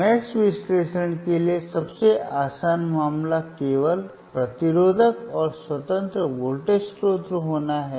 जाल विश्लेषण के लिए सबसे आसान मामला केवल प्रतिरोधक और स्वतंत्र वोल्टेज स्रोत होना है